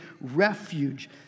refuge